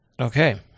Okay